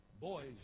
boys